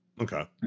Okay